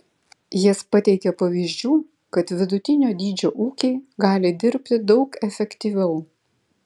jis pateikė pavyzdžių kad vidutinio dydžio ūkiai gali dirbti daug efektyviau